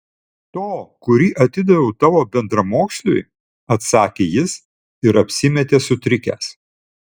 to kurį atidaviau tavo bendramoksliui atsakė jis ir apsimetė sutrikęs